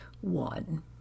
one